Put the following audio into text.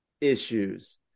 issues